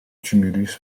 tumulus